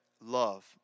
love